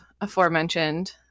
aforementioned